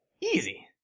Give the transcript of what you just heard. Easy